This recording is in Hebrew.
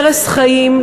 הרס חיים,